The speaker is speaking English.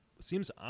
seems